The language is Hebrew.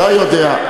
אתה יודע,